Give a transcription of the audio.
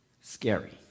scary